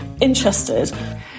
interested